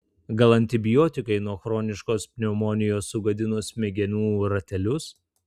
gal antibiotikai nuo chroniškos pneumonijos sugadino smegenų ratelius